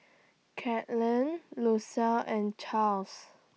Katlin Lucile and Charles